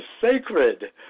sacred